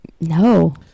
No